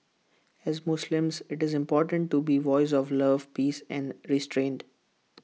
as Muslims IT is important to be voice of love peace and restraint